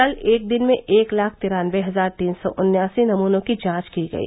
कल एक दिन में एक लाख तिरानबे हजार तीन सौ उन्यासी नमूनों की जांच की गयी